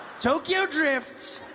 tokyo drift